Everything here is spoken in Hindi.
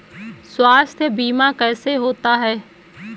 स्वास्थ्य बीमा कैसे होता है?